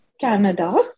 Canada